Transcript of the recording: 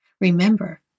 Remember